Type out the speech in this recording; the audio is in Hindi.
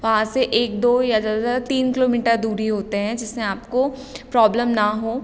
वहाँ से एक दो या ज़्यादा ज़्यादा तीन किलोमीटर दूर ही होते हैं जिसमें आपको प्रॉब्लम ना हो